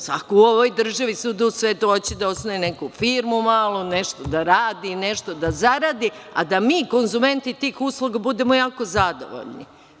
Svako u ovoj državi, svuda u svetu hoće da osnuje neku firmu malu, nešto da radi, nešto da zaradi, a da mi konzumenti tih usluga budemo jako zadovoljni.